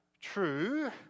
true